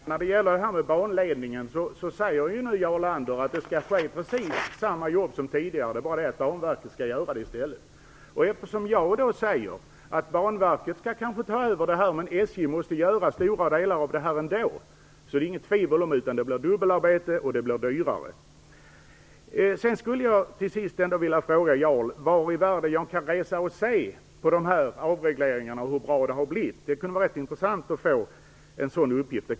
Herr talman! När det gäller banledningen säger nu Jarl Lander att det skall göras precis samma jobb som tidigare, men att Banverket skall göra det i stället. Eftersom jag då säger att Banverket skall ta över detta arbete men att SJ ändå måste göra stora delar av det, är det inget tvivel om att det blir dubbelarbete och att det blir dyrare. Jag skulle till sist vilja fråga Jarl Lander var i världen jag kan se på dessa avregleringar och hur bra det har blivit. Det kunde vara intressant att få den uppgiften.